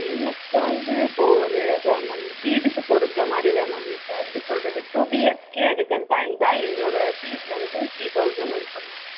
எனக்கு வந்து இப்போ ஒரு அதான் மேம் வீட்டுக்கு பொருத்தமாதிரிதான் மேம் இப்போ எப்படி சொல்லுறது டூ பி ஹெச்கே எடுக்கிறதா இருந்தால் என்னோட ஃபீஸ் வந்து த்ரி தௌசண்ட் இருக்கும் மேம்